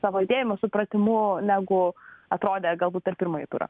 ne savo idėjomis supratimu negu atrodė galbūt per pirmąjį turą